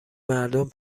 مردم